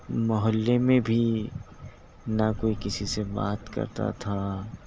محلّے میں بھی نہ کوئی کسی سے بات کرتا تھا